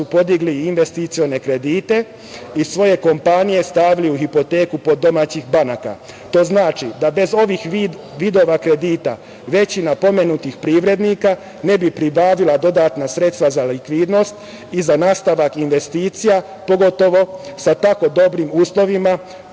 su podigli investicione kredite i svoje kompanije stavili u hipoteku kod domaćih banaka. To znači da bez ovih vidova kredita većina pomenutih privrednika ne bi pribavila dodatna sredstva za likvidnost i za nastavak investicija, pogotovo sa tako dobrim uslovima